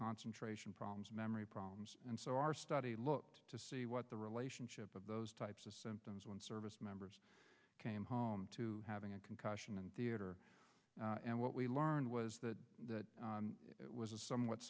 concentration problems memory problems and so our study looked to see what the relationship of those types of symptoms when service members came home to having a concussion and theater and what we learned was that it was a somewhat